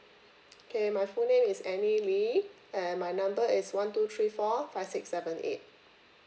okay my full name is annie lee and my number is one two three four five six seven eight